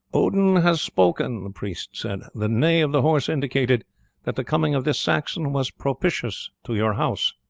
odin has spoken, the priest said. the neigh of the horse indicated that the coming of this saxon was propitious to your house.